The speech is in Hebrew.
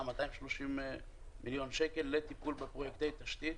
230 מיליון שקל לטיפול בפרויקטי תשתית.